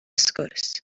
sgwrs